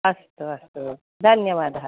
अस्तु अस्तु धन्यवादः